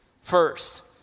first